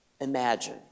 imagine